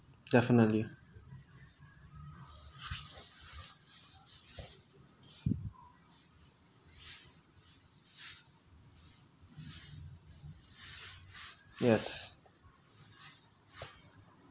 definitely yes